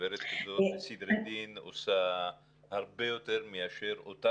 עובדת סוציאלית לסדרי דין עושה הרבה יותר מאשר אותה